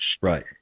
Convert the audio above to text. Right